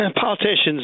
politicians